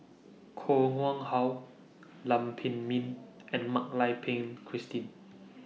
Koh Nguang How Lam Pin Min and Mak Lai Peng Christine